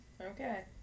Okay